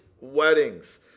weddings